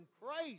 Christ